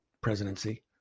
presidency